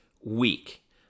week